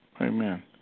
Amen